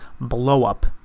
blow-up